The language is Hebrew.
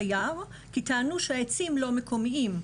כי טענו שהעצים לא מקומיים.